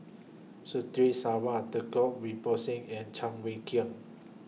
Sarwan Djoko and Cheng Wai Keung